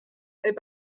est